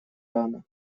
рано